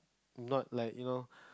not like you know